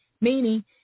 meaning